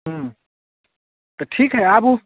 हूँ तऽ ठीक हए आबु